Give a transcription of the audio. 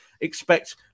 expect